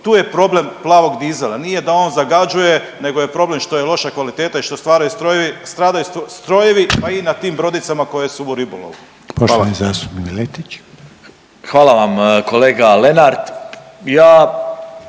tu je problem plavog dizela. Nije da on zagađuje, nego je problem što je loša kvaliteta i što stradaju strojevi pa i na tim brodicama koje su u ribolovu. Hvala. **Reiner, Željko (HDZ)**